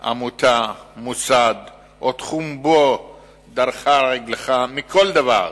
עמותה, מוסד או תחום שבו דרכה רגלך, מכל דבר